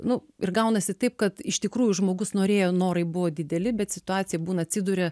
nu ir gaunasi taip kad iš tikrųjų žmogus norėjo norai buvo dideli bet situacija būna atsiduria